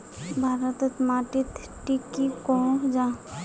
भारत तोत माटित टिक की कोहो जाहा?